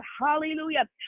hallelujah